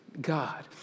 God